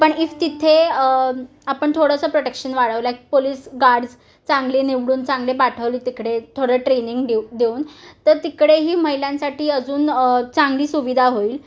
पण इफ तिथे आपण थोडंसं प्रोटेक्शन वाढवलं पोलीस गार्ड्स चांगले निवडून चांगले पाठवले तिकडे थोडं ट्रेनिंग देऊ देऊन तर तिकडेही महिलांसाठी अजून चांगली सुविधा होईल